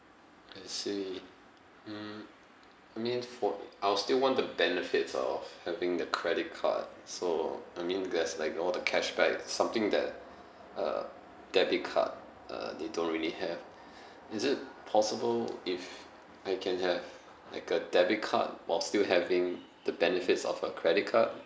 I see mm I mean for I will still want the benefits of having a credit card so I mean there's like all the cashback something that uh debit card uh they don't really have is it possible if I can have like a debit card while still having the benefits of a credit card